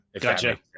Gotcha